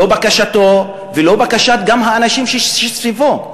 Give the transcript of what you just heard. לא בקשתו ולא גם בקשת האנשים שסביבו,